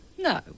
No